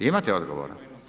Imate odgovor.